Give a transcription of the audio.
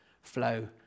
flow